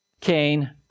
Cain